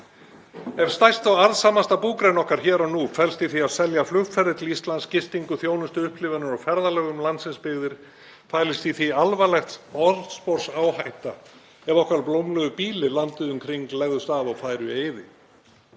Ef stærsta og arðsamasta búgrein okkar hér og nú felst í því að selja flugferðir til Íslands, gistingu, þjónustu, upplifanir og ferðalög um landsins byggðir, fælist í því alvarleg orðsporsáhætta ef okkar blómlegu býli landið um kring legðust af og færu í eyði.